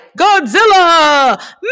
Godzilla